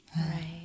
Right